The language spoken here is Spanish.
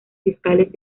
fiscales